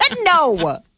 No